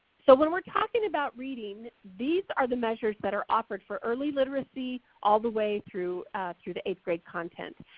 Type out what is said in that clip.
so when we're talking about reading these are the measures that are offered for early literacy all the way through through the eighth grade content.